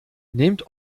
nehmt